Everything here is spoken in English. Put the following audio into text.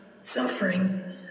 suffering